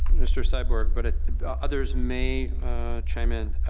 mr. syberg, but others may chime in.